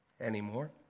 anymore